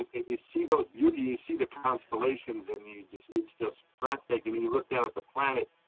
and you see those beauty, you see the constellations. and you just it's just breathtaking when you look down at the planet.